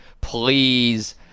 Please